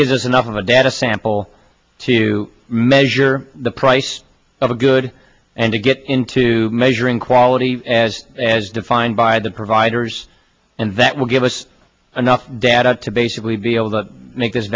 gives us enough of a data sample to measure the price of a good and to get into measuring quality as as defined by the providers and that will give us enough data to basically be able to make this